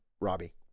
Robbie